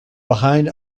behind